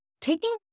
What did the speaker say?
taking